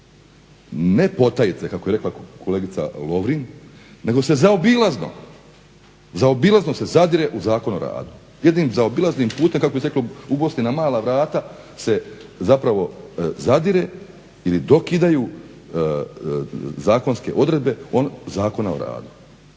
ne potajice kako je rekla kolegica Lovrin, nego se zaobilazno zadire u Zakon o radu. Jednim zaobilaznim putem, kako bi se reklo u Bosni na mala vrata se zapravo zadire ili dokidaju zakonske odredbe Zakona o radu.